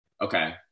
Okay